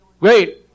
great